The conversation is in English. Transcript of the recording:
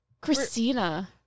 Christina